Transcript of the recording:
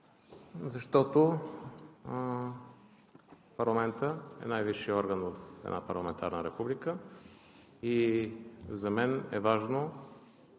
г. Парламентът е най-висшият орган в една парламентарна република и за мен е важно